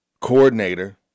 coordinator